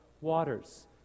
waters